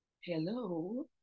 hello